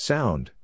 Sound